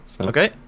Okay